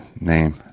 name